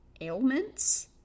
ailments